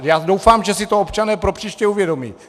Já doufám, že si to občané propříště uvědomí.